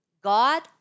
God